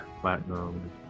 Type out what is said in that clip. platinum